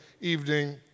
evening